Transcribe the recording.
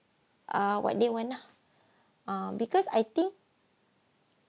ah what they want lah ah because I think